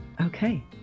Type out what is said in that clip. Okay